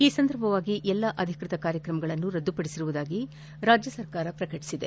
ಈ ಸಂದರ್ಭವಾಗಿ ಎಲ್ಲ ಅಧಿಕೃತ ಕಾರ್ಯಕ್ರಮಗಳನ್ನು ರದ್ದುಪಡಿಸಿರುವುದಾಗಿ ರಾಜ್ಯಸರ್ಕಾರ ಪ್ರಕಟಿಸಿದೆ